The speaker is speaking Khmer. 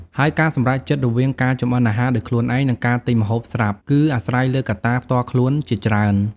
ហើយការសម្រេចចិត្តរវាងការចម្អិនអាហារដោយខ្លួនឯង និងការទិញម្ហូបស្រាប់ គឺអាស្រ័យលើកត្តាផ្ទាល់ខ្លួនជាច្រើន។